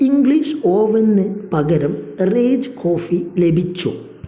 English ഓവനിന് പകരം rage coffee ലഭിച്ചു